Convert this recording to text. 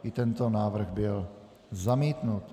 I tento návrh byl zamítnut.